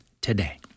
today